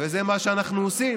וזה מה שאנחנו עושים.